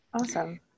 awesome